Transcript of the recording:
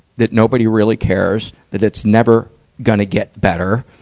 that nobody really cares, that it's never gonna get better,